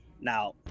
Now